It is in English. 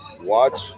watch